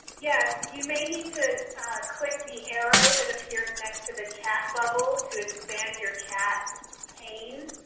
yes. you may need to click the arrow that appears next to the chat bubble to expand your chat pane,